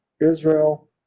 Israel